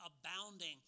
abounding